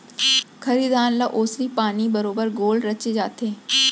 खरही धान ल ओसरी पानी बरोबर गोल रचे जाथे